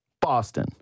Boston